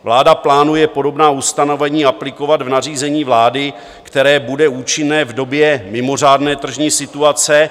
Vláda plánuje podobná ustanovení aplikovat v nařízení vlády, které bude účinné v době mimořádné tržní situace.